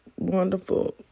wonderful